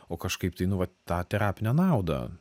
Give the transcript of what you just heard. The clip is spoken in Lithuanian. o kažkaip tai nu vat tą terapinę naudą